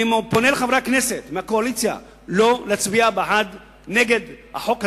אני פונה לחברי הכנסת מהקואליציה לא להצביע נגד החוק הזה,